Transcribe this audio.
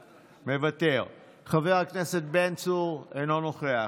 מוותר, חבר הכנסת בן צור, אינו נוכח,